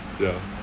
ya